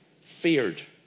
feared